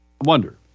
wonder